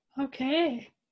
okay